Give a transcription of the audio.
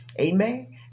amen